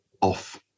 off